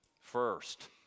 First